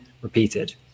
repeated